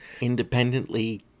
independently